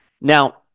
now